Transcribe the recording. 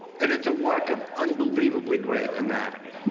and it's a work of unbelievably great anatomy.